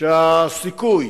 מה הסיכוי